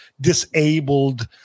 disabled